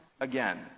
Again